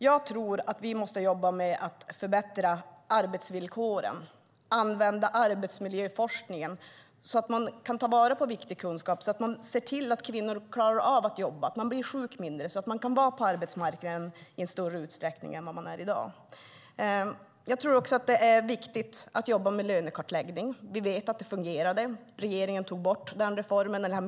Jag tror att vi måste jobba med att förbättra arbetsvillkoren, och använda arbetsmiljöforskningen så att man kan ta vara på viktig kunskap och se till att kvinnor klarar av att jobba, blir sjuka mindre och kan vara på arbetsmarknaden i större utsträckning än vad de är i dag. Det är också viktigt att jobba med lönekartläggning. Regeringen har minskat den reformen avsevärt.